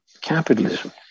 capitalism